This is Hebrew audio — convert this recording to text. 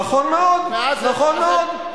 נכון מאוד.